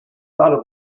thought